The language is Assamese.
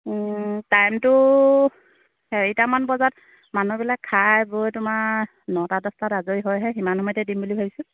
টাইমটো হেৰিটামান বজাত মানুহবিলাক খাই বৈ তোমাৰ নটা দহটাত আজৰি হয়হে সিমান সময়তে দিম বুলি ভাবিছোঁ